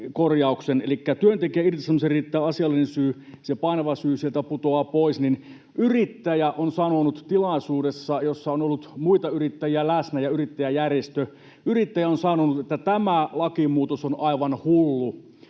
irtisanomiseen riittää asiallinen syy, se painava syy sieltä putoaa pois. Yrittäjä on sanonut tilaisuudessa, jossa on ollut läsnä muita yrittäjiä ja yrittäjäjärjestö, että tämä lakimuutos on aivan hullu,